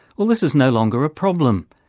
well, this is no longer a problem.